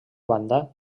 banda